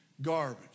Garbage